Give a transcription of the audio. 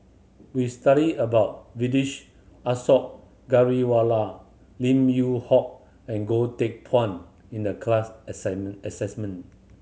we studied about Vedish Asaw Ghariwala Lim Yew Hock and Goh Teck Phuan in the class